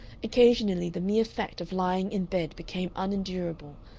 occasionally the mere fact of lying in bed became unendurable,